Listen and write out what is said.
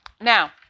Now